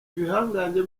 bihangange